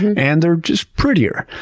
and and they're just prettier.